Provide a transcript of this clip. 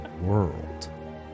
world